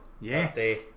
Yes